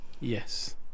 Yes